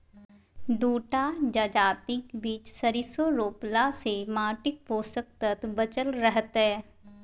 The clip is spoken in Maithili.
दू टा जजातिक बीच सरिसों रोपलासँ माटिक पोषक तत्व बचल रहतै